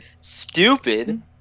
stupid